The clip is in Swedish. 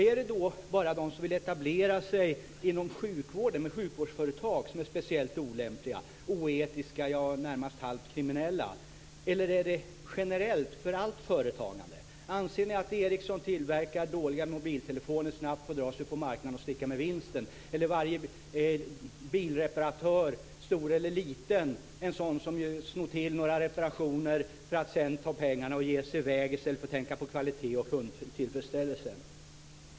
Är det bara de som vill etablera sig inom sjukvården med sjukvårdsföretag som är speciellt olämpliga, oetiska, ja, närmast halvkriminella eller gäller det generellt, för allt företagande? Anser ni att Ericsson tillverkar dåliga mobiltelefoner snabbt för att ta sig ut på marknaden och sedan sticka med vinsten eller att varje bilreparatör, stor eller liten, är en sådan som snor till några reparationer för att sedan ta pengarna och ge sig i väg i stället för att tänka på kvalitet och kundtillfredsställelse?